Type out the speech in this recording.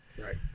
Right